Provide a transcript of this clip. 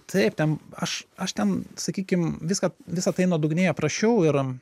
taip ten aš aš ten sakykim viską visa tai nuodugniai aprašiau ir